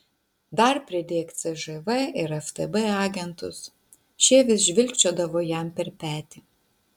dar pridėk cžv ir ftb agentus šie vis žvilgčiodavo jam per petį